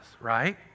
right